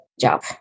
job